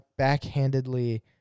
backhandedly